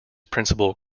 principle